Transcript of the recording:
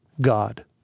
God